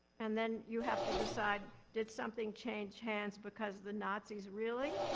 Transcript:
and then, you have to decide did something change hands because the nazis really,